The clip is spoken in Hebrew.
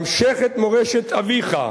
המשך את מורשת אביך,